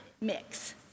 mix